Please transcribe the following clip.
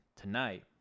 Tonight